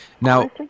Now